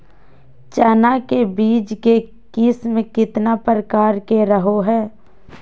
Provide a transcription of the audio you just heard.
चना के बीज के किस्म कितना प्रकार के रहो हय?